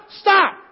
stop